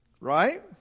Right